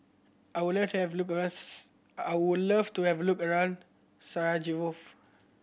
I would like to have look I would love to have look around Sarajevo